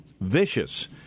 vicious